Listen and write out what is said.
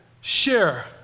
share